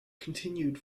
continued